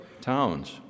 towns